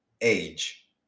age